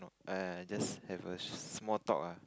!aiya! I just have a sh~ small talk ah